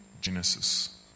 Genesis